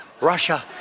Russia